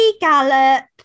gallop